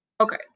Okay